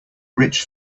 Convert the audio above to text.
rich